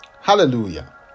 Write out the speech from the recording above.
Hallelujah